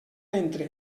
ventre